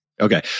Okay